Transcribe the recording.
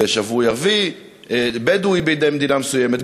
ושבוי ערבי בדואי בידי מדינה מסוימת,